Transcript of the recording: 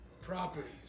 properties